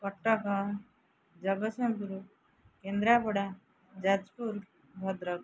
Cuttack Jagatsinghpur Kendrapara Jajpur Bhadrak